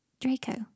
Draco